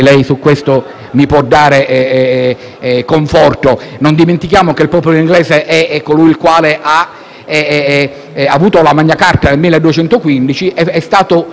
Non dimentichiamo che il popolo inglese è quello che ha avuto la Magna Charta nel 1215 ed è stato l'unico popolo che ha avuto la capacità,